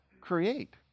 create